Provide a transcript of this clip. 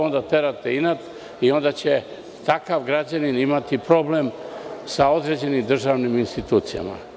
Onda terate inat i onda će takav građanin imati problem sa određenim državnim institucijama.